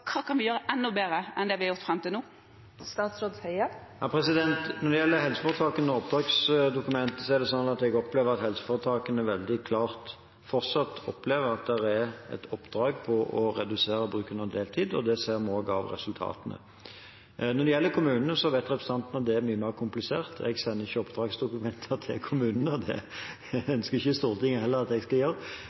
Hva kan vi gjøre enda bedre enn det vi har gjort fram til nå? Når det gjelder helseforetakene og oppdragsdokument, opplever jeg at helseforetakene veldig klart fortsatt opplever at det er et oppdrag å redusere bruken av deltid. Det ser vi også av resultatene. Når det gjelder kommunene, vet representanten at det er mye mer komplisert. Jeg sender ikke oppdragsdokumenter til kommunene, og det ønsker heller ikke Stortinget at jeg skal gjøre.